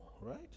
right